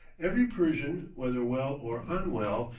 every persian, whether well or unwell,